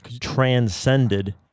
transcended